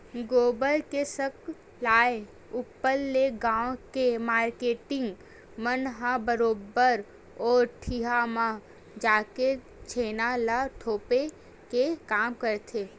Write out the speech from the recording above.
गोबर के सकलाय ऊपर ले गाँव के मारकेटिंग मन ह बरोबर ओ ढिहाँ म जाके छेना ल थोपे के काम करथे